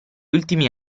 ultimi